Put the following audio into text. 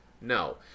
No